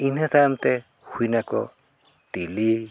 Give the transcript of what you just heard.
ᱤᱱᱟᱹ ᱛᱟᱭᱚᱢ ᱛᱮ ᱦᱩᱭᱱᱟᱠᱚ ᱛᱤᱞᱤ